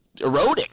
eroding